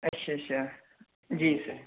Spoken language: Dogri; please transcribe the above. अच्छा अच्छा जी सर